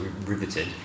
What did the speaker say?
riveted